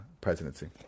presidency